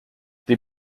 they